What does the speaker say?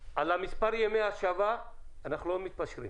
על מספר ימי ההשבה אנחנו לא מתפשרים.